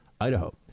Idaho